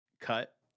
cut